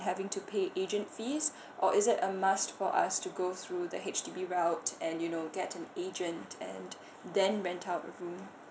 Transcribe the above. having to pay agent fees or is it a must for us to go through the H_D_B and you know get an agent and then rent a room